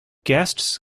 guests